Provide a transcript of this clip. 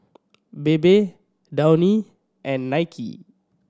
Bebe Downy and Nike